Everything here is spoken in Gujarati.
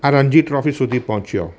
આ રણજી ટ્રોફી સુધી પહોંચ્યો